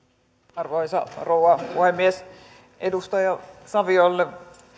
arvoisa rouva puhemies edustaja saviolle